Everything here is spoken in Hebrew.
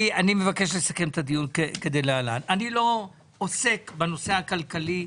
אני מבקש לסכם את הדיון כדלהלן: אני לא עוסק בנושא הכלכלי,